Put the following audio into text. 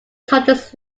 charges